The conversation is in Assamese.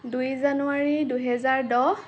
দুই জানুৱাৰী দুহেজাৰ দহ